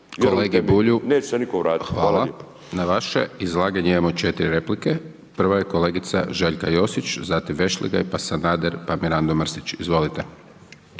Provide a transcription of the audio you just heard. kolegi Bulju hvala. Na vaše izlaganje imamo 4 replike, prva je kolegica Željka Josić, zatim Vešligaj, pa Sanader, pa Mirando Mrsić. Izvolite.